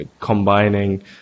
combining